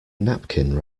napkin